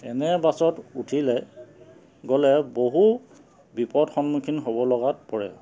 এনে বাছত উঠিলে গ'লে বহু বিপদ সন্মুখীন হ'ব লগাত পৰে